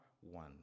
one